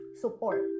support